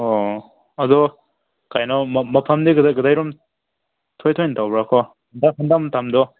ꯑꯣ ꯑꯗꯨ ꯀꯩꯅꯣ ꯃꯐꯝꯗꯤ ꯀꯗꯥꯏ ꯀꯗꯥꯏꯔꯣꯝ ꯇꯧꯕ꯭ꯔꯣꯀꯣ ꯃꯇꯝꯗꯣ